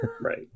Right